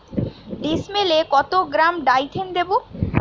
ডিস্মেলে কত গ্রাম ডাইথেন দেবো?